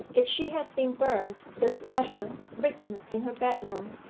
if she had been burnt, this letter, written in her bedroom,